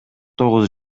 тогуз